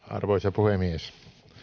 arvoisa puhemies